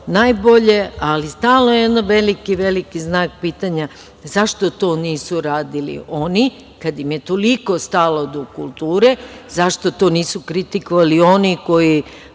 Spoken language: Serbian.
najbolje, ali stalno jedan veliki znak pitanja, zašto to nisu uradili oni, kada im je toliko stalo do kulture, zašto to nisu kritikovali oni koji